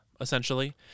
essentially